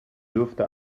dürfte